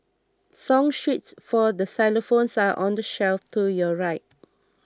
song sheets for xylophones are on the shelf to your right